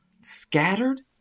Scattered